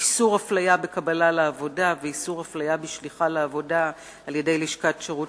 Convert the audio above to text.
איסור אפליה בקבלה לעבודה ואיסור אפליה בשליחה לעבודה על-ידי לשכת שירות